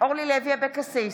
אורלי לוי אבקסיס,